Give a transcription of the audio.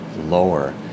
lower